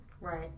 Right